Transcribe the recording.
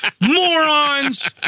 morons